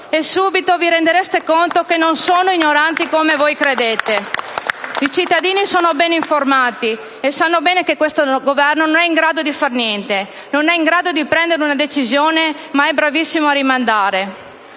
e subito vi renderete conto che non sono ignoranti come voi credete! I cittadini sono ben informati e sanno bene che questo Governo non è in grado di fare niente; non è in grado di prendere una decisione, ma è bravissimo a rimandare.